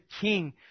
king